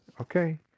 okay